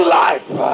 life